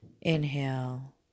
Inhale